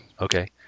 Okay